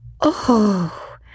Oh